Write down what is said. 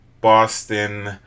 Boston